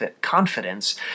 confidence